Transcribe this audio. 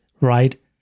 right